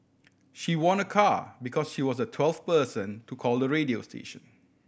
she won a car because she was the twelfth person to call the radio station